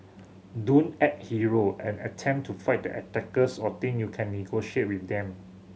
don't act hero and attempt to fight the attackers or think you can negotiate with them